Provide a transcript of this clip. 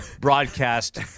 broadcast